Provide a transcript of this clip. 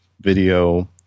video